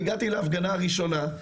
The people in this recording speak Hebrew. אני הגעתי להפגנה הראשונה,